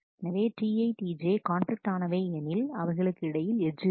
எனவே TiTj conflict ஆனவை எனில் அவைகளுக்கு இடையில் எட்ஜ் இருக்கும்